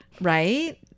Right